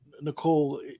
Nicole